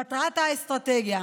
מטרת האסטרטגיה